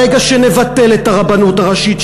ברגע שנבטל את הרבנות הראשית,